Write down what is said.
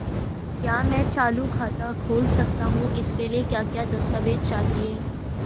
क्या मैं चालू खाता खोल सकता हूँ इसके लिए क्या क्या दस्तावेज़ चाहिए?